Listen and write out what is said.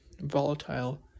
volatile